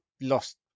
lost